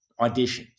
auditions